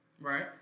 Right